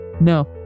No